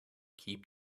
keep